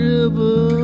River